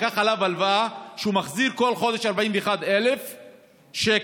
לקח עליו הלוואה והוא מחזיר כל חודש 41,000 שקל,